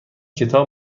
کتاب